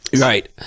Right